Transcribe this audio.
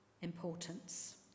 importance